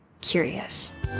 curious